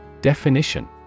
Definition